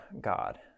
God